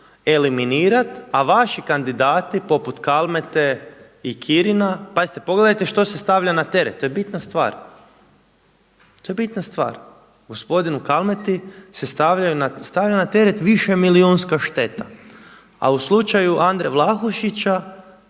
eliminirati, a vaši kandidati poput Kalmete i Krina, pazite, pogledajte što se stavlja na teret, to je bitna stvar, to je bitna stvar. Gospodinu Kalmeti se stavlja na teret višemilijunska šteta, a u slučaju Andre Vlahušića,